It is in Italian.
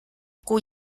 cui